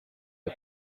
the